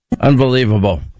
Unbelievable